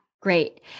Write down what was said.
Great